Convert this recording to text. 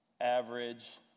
average